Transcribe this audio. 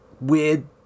weird